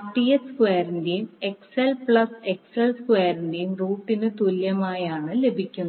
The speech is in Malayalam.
Rth സ്ക്വയറിൻറെയും Xth പ്ലസ് XL സ്ക്വയറിന്റെയും റൂട്ടിന് തുല്യമായാണ് ലഭിക്കുന്നത്